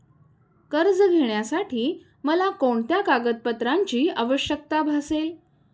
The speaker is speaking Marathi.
कर्ज घेण्यासाठी मला कोणत्या कागदपत्रांची आवश्यकता भासेल?